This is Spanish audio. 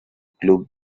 club